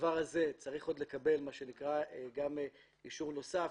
הדבר הזה צריך עדיין לקבל אישור נוסף,